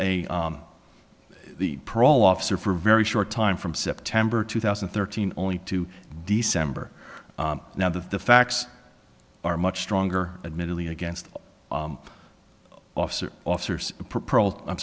a the parole officer for a very short time from september two thousand and thirteen only to december now that the facts are much stronger admittedly against officer officers i'm